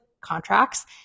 contracts